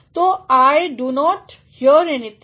तो I do not hear anything